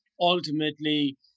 Ultimately